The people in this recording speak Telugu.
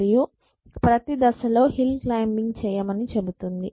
మరియు ప్రతి దశలో హిల్ క్లైంబింగ్ చెయ్యమని చెబుతోంది